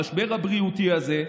המשבר הבריאותי הזה,